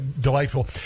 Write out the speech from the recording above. delightful